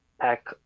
pack